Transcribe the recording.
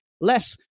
Less